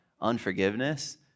unforgiveness